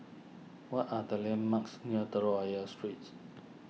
what are the landmarks near Telok Ayer Streets